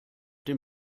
den